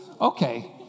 Okay